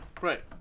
Right